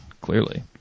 clearly